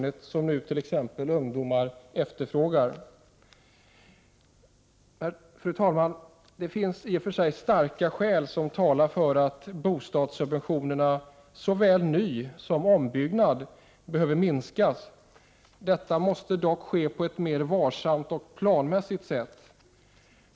Det är sådana lägenheter som nu t.ex. ungdomar efterfrågar. Det finns i och för sig starka skäl som talar för att bostadssubventionerna vid såväl nysom ombyggnad behöver minskas. Detta måste dock ske på ett mer varsamt och planmässigt sätt.